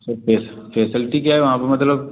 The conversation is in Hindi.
सर फेस फेसल्टी क्या है वहाँ पर मतलब